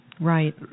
Right